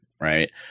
right